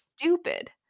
stupid